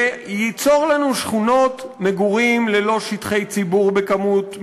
ייצור לנו שכונות מגורים ללא שטחי ציבור בכמות מינימלית,